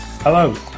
Hello